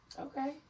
Okay